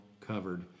covered